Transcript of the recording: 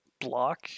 block